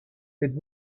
faites